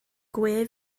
gwe